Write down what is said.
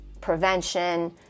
prevention